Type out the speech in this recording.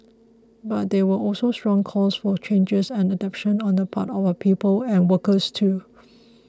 but there were also strong calls for changes and adaptation on the part of our people and workers too